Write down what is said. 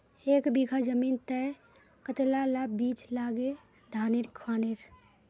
एक बीघा जमीन तय कतला ला बीज लागे धानेर खानेर?